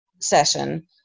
session